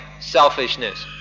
selfishness